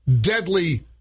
deadly